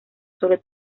solo